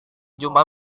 jumpa